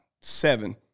seven